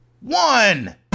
One